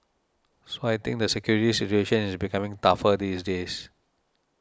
so I think the security situation is becoming tougher these days